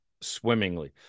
swimmingly